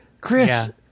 Chris